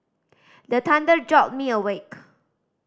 the thunder jolt me awake